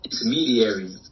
intermediary